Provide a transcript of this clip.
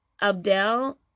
Abdel